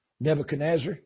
Nebuchadnezzar